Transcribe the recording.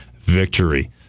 victory